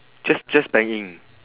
just just bank in